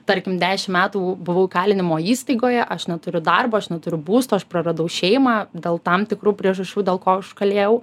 tarkim dešim metų buvau įkalinimo įstaigoje aš neturiu darbo aš neturiu būsto aš praradau šeimą dėl tam tikrų priežasčių dėl ko aš kalėjau